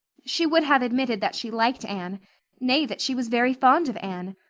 she would have admitted that she liked anne nay, that she was very fond of anne.